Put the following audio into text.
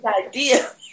idea